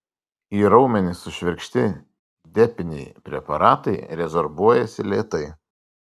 į raumenis sušvirkšti depiniai preparatai rezorbuojasi lėtai